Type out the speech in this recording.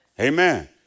Amen